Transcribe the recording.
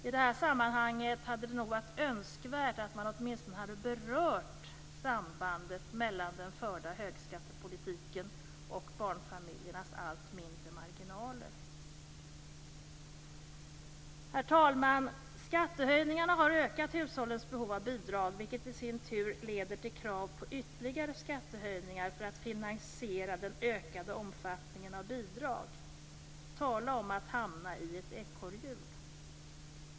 I det här sammanhanget hade det nog varit önskvärt att man åtminstone hade berört sambandet mellan den förda högskattepolitiken och barnfamiljernas allt mindre marginaler. Herr talman! Skattehöjningarna har ökat hushållens behov av bidrag, vilket i sin tur leder till krav på ytterligare skattehöjningar för att finansiera den ökade omfattningen av bidrag. Tala om att hamna i ett ekorrhjul!